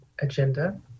agenda